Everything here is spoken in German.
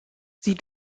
sie